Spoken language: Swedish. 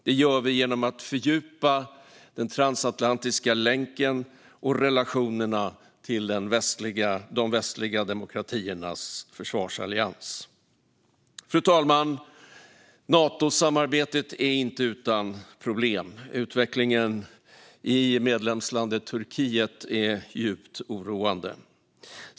Det gör vi genom att fördjupa den transatlantiska länken och relationerna till de västliga demokratiernas försvarsallians. Fru talman! Natosamarbetet är inte utan problem. Utvecklingen i medlemslandet Turkiet är djupt oroande.